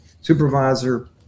supervisor